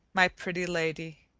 my pretty lady.